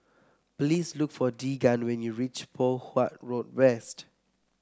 please look for Deegan when you reach Poh Huat Road West